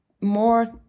more